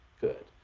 good